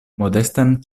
modestan